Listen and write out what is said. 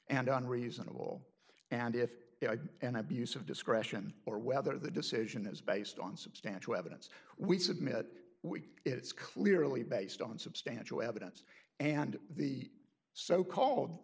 and on reasonable and if an abuse of discretion or whether the decision is based on substantial evidence we submit week it's clearly based on substantial evidence and the so called